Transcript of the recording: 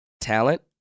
Talent